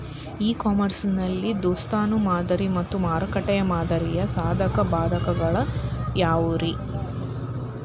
E commerce ನಲ್ಲಿ ದಾಸ್ತಾನು ಮಾದರಿ ಮತ್ತ ಮಾರುಕಟ್ಟೆ ಮಾದರಿಯ ಸಾಧಕ ಬಾಧಕಗಳ ಯಾವವುರೇ?